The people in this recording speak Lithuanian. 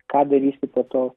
ką darysi po to